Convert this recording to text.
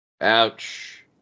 Ouch